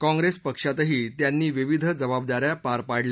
काँग्रेस पक्षातही त्यांनी विविध जबाबदाऱ्या पार पाडल्या